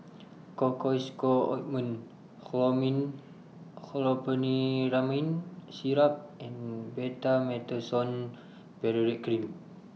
Cocois Co Ointment Chlormine Chlorpheniramine Syrup and Betamethasone Valerate Cream